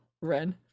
Ren